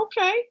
okay